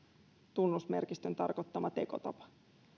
tunnusmerkistön tarkoittama tekotapa